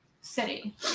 City